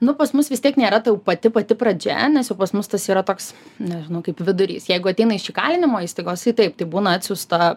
nu pas mus vis tiek nėra ta jau pati pati pradžia nes jau pas mus tas yra toks nežinau kaip vidurys jeigu ateina iš įkalinimo įstaigos tai taip tai būna atsiųsta